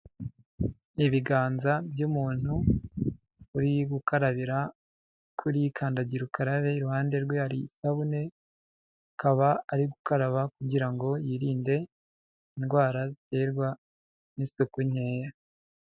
Ibiganza by'umuntu uri gukarabira kuri kandagira ukarabe, iruhande rwe hari isabune akaba ari gukaraba kugira ngo yirinde indwara ziterwa n'isuku nkeya.